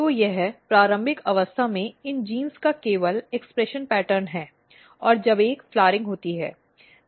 तो यह प्रारंभिक अवस्था में इन जीनों का केवल अभिव्यक्ति पैटर्न है और जब एक फ्लाउअरिंग होती है